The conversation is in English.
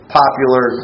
popular